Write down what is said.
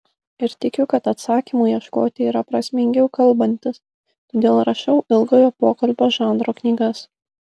ir tikiu kad atsakymų ieškoti yra prasmingiau kalbantis todėl rašau ilgojo pokalbio žanro knygas